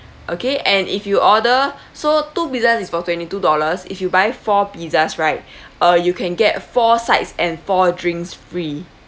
okay and if you order so two pizzas is for twenty two dollars if you buy four pizzas right uh you can get four sides and four drinks free